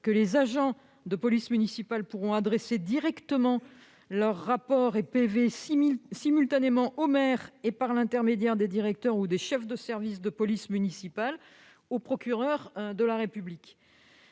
aux agents de police municipale d'adresser directement leurs rapports et PV simultanément au maire et, par l'intermédiaire des directeurs ou des chefs de service de police municipale, au procureur de la République.